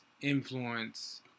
influence